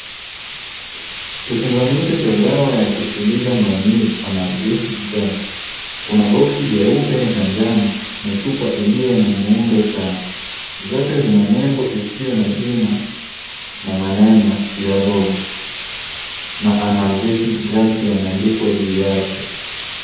Kifunganisho cha dawa ya kutuliza maumivu analgesic drugs , kuna boksi jeupe na njano na chupa iliyo na muundo sawa. Zote zina nembo isiyo na jina na maneno ya l ogo na analgesic drugs yameandikwa juu yake.